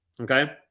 okay